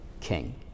king